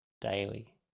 daily